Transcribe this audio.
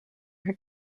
her